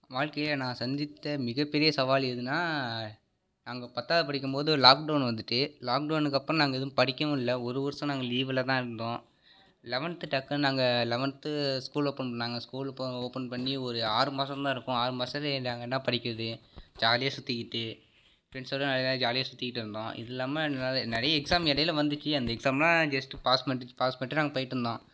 வாழ்க்கையில நான் சந்தித்த மிகப்பெரிய சவால் எதுன்னால் நாங்கள் பத்தாவது படிக்கும்போது லாக்டௌன் வந்துட்டு லாக்டௌனுக்கப்புறம் நாங்கள் எதுவும் படிக்கவும் இல்லை ஒரு வருஷம் நாங்கள் லீவில்தான் இருந்தோம் லெவன்த்து டக்குன்னு நாங்கள் லெவன்த்து ஸ்கூல் ஓப்பன் பண்ணாங்க ஸ்கூல் போ ஓப்பன் பண்ணி ஒரு ஆறு மாதந்தான் இருக்கும் ஆறு மாதத்துல நாங்கள் என்ன படிக்கிறது ஜாலியாக சுற்றிக்கிட்டு ஃப்ரெண்ட்ஸோடு நல்லா இதாக ஜாலியாக சுற்றிக்கிட்டுருந்தோம் இது இல்லாமல் ந நிறைய எக்ஸாம் எடையில் வந்துச்சு அந்த எக்ஸாமெலாம் ஜஸ்ட்டு பாஸ் பண்ணிட்டு பாஸ் பண்ணிட்டு நாங்கள் போயிகிட்ருந்தோம்